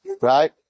right